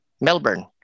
Melbourne